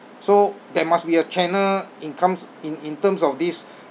so there must be a channel in comes in in terms of this